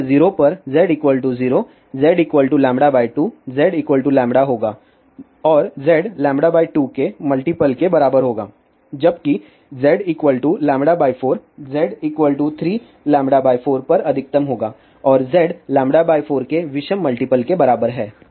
यह 0 पर z 0 z λ 2 z होगा और z λ 2 के मल्टीप्ल के बराबर होगा जबकि यह z 4z 3λ 4 पर अधिकतम होगा और z 4के विषम मल्टीप्ल के बराबर है